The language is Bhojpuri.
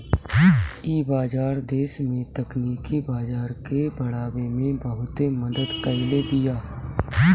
इ बाजार देस में तकनीकी बाजार के बढ़ावे में बहुते मदद कईले बिया